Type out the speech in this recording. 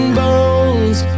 bones